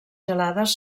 gelades